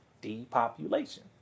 Depopulation